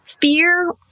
fear